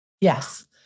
Yes